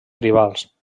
tribals